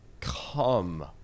come